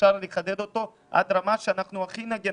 ואפשר לחדד אותו עד לרמה שבה אנחנו הכי נגן